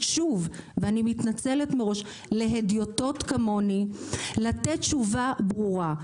מתנצלת מראש אני מבקשת להדיוטות כמוני לתת תשובה ברורה,